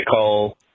call